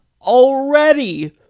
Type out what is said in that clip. already